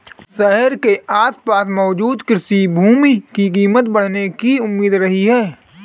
शहर के आसपास मौजूद कृषि भूमि की कीमत बढ़ने की उम्मीद रहती है